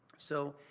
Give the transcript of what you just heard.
so,